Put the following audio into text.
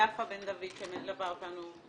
ויפה בן דוד שמלווה אותנו.